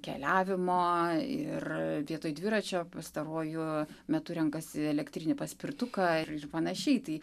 keliavimo ir vietoj dviračio pastaruoju metu renkasi elektrinį paspirtuką ir panašiai tai